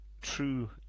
true